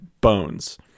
bones